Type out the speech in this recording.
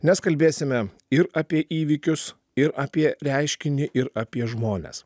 nes kalbėsime ir apie įvykius ir apie reiškinį ir apie žmones